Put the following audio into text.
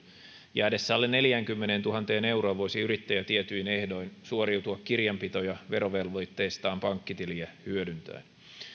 jäädessä alle neljäänkymmeneentuhanteen euroon voisi yrittäjä tietyin ehdoin suoriutua kirjanpito ja verovelvoitteistaan pankkitiliä hyödyntäen